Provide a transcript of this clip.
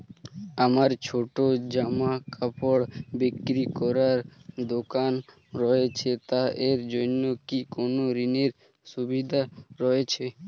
আমার ছোটো জামাকাপড় বিক্রি করার দোকান রয়েছে তা এর জন্য কি কোনো ঋণের সুবিধে রয়েছে?